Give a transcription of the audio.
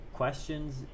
questions